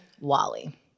wally